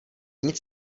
nic